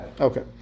Okay